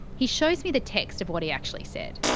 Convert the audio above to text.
he shows me the text of what he actually said.